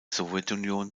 sowjetunion